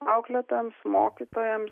auklėtojams mokytojams